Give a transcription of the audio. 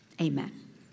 Amen